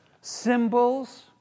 symbols